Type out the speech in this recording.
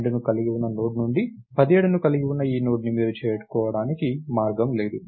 12ని కలిగి ఉన్న నోడ్ నుండి 17ని కలిగి ఉన్న ఈ నోడ్ని మీరు చేరుకోవడానికి మార్గం లేదు